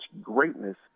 greatness